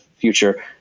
future